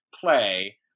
play